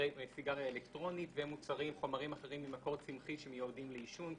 סיגריה אלקטרונית וחומרים אחרים ממקור צמחי שמיועדים לעישון,